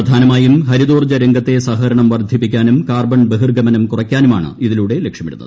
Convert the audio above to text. പ്രധാനമായും ഹരി തോർജ്ജ രംഗത്തെ സഹകരണം വർദ്ധിപ്പിക്കാനും കാർബൺ ബഹിർഗമനം കുറയ്ക്കാനുമാണ് ഇതിലൂടെ ലക്ഷ്യമിടുന്നത്